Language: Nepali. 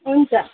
हुन्छ